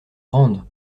grandes